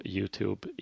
Youtube